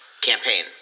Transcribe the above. campaign